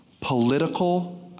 Political